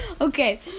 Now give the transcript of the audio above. okay